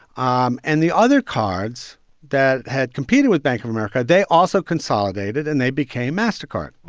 um and the other cards that had competed with bank of america, they also consolidated and they became mastercard